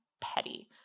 petty